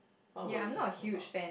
what were we talking about